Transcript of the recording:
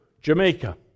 Jamaica